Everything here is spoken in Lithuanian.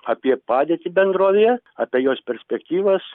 apie padėtį bendrovėje apie jos perspektyvas